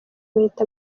bahita